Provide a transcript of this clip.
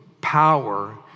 power